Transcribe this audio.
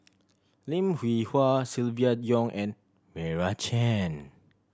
Lim Hwee Hua Silvia Yong and Meira Chand